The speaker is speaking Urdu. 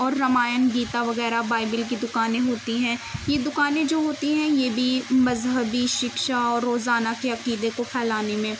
اور رامائن گیتا وغیرہ بائبل کی دکانیں ہوتی ہیں یہ دکانیں جو ہوتی ہیں یہ بھی مذہبی شکشا اور روزانہ کے عقیدے کو پھیلانے میں